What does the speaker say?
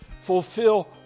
Fulfill